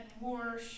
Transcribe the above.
more